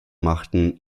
machten